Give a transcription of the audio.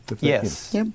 yes